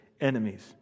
enemies